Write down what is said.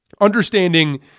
Understanding